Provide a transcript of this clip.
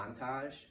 montage